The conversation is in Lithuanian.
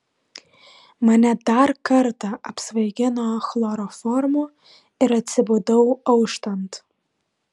mane dar kartą apsvaigino chloroformu ir atsibudau auštant